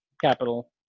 capital